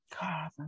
god